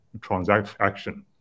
transaction